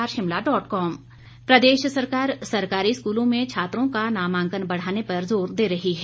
कटौती प्रस्ताव प्रदेश सरकार सरकारी स्कूलों में छात्रों का नामांकन बढ़ाने पर जोर दे रही है